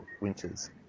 winters